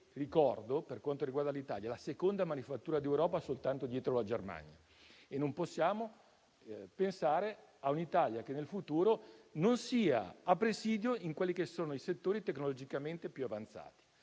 ricordo, per quanto riguarda l'Italia, è la seconda manifattura d'Europa, dietro soltanto alla Germania. Non possiamo pensare a un'Italia che nel futuro non sia a presidio dei settori tecnologicamente più avanzati.